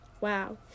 wow